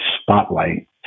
spotlight